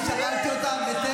לאישה אסור לחשוב לבד?